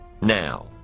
now